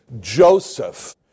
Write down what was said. Joseph